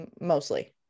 mostly